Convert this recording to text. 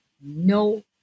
no